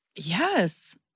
Yes